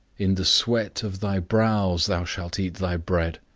in the sweat of thy brows thou shalt eat thy bread